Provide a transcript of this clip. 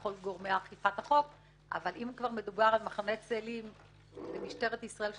לכל גורמי אכיפת החוק אבל אם כבר מדובר על מחנה צאלים ומשטרת ישראל,